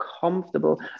comfortable